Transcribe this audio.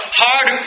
hard